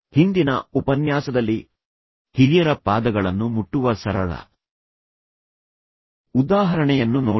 ಹಿಂದಿನ ಉಪನ್ಯಾಸದಲ್ಲಿ ಹಿರಿಯರ ಪಾದಗಳನ್ನು ಮುಟ್ಟುವ ಸರಳ ಉದಾಹರಣೆಯನ್ನು ನೋಡಿ